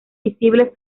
visibles